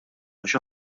għax